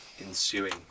ensuing